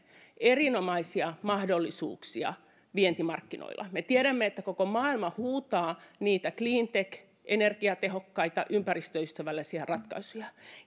erinomaisia mahdollisuuksia vientimarkkinoilla me tiedämme että koko maailma huutaa niitä energiatehokkaita ympäristöystävällisiä cleantech ratkaisuja